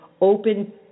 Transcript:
open